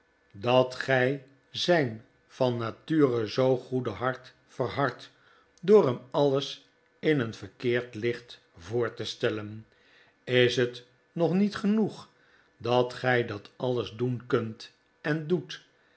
dat gij zijn van nature zoo goede hart verhardt door hem alles in een verkeerd licht voor te stellen is het nog niet genoeg dat gij dat alles doen kunt en doet